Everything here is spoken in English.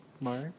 Mark